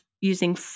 using